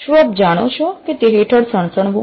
શું આપ જાણો છો કે તે હેઠળ સણસણવુ